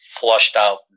flushed-out